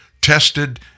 tested